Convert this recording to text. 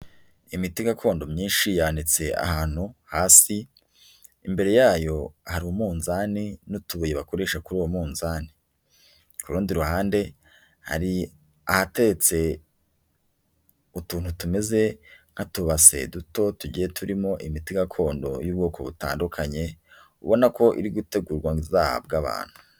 Imiti gakondo myinshi yanitse ahantu hasi, imbere yayo hari umunzani n'utubuye bakoresha kuri uwo munzani, ku rundi ruhande hari ahateretse utuntu tumeze nk'utubase duto tugiye turimo imiti gakondo y'ubwoko butandukanye, ubona ko iri gutegurwa ngo izahabwe abantu.